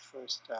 first